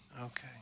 Okay